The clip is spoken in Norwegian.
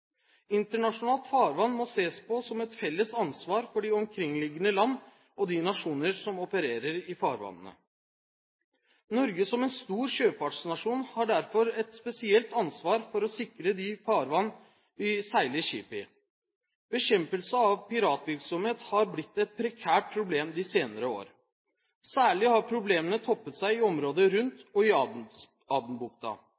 Internasjonalt farvann må ses på som et felles ansvar for de omkringliggende land og de nasjoner som opererer i farvannene. Norge som en stor sjøfartsnasjon har derfor et spesielt ansvar for å sikre de farvann vi seiler skip i. Piratvirksomhet har blitt et prekært problem å bekjempe senere år, og særlig har problemene toppet seg rundt – og i – Adenbukta. Men også langt utenfor dette området